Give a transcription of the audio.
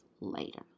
later